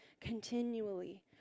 continually